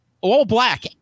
all-black